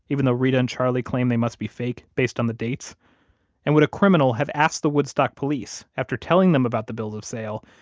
though reta and charlie claim they must be fake based on the dates and would a criminal have asked the woodstock police, after telling them about the bill of sale,